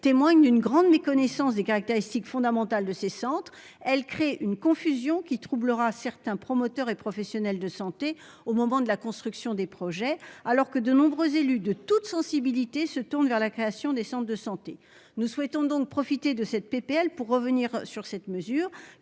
témoignent d'une grande méconnaissance des caractéristiques fondamentales de ces centres, elle crée une confusion qui troublera certains promoteurs et professionnels de santé au moment de la construction des projets alors que de nombreux élus de toutes sensibilités, se tourne vers la création des centres de santé. Nous souhaitons donc profiter de cette PPL pour revenir sur cette mesure